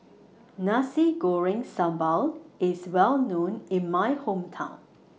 Nasi Goreng Sambal IS Well known in My Hometown